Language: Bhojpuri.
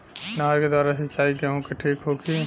नहर के द्वारा सिंचाई गेहूँ के ठीक होखि?